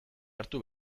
hartu